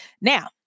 Now